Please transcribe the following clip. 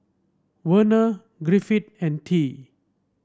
Werner Griffith and Tye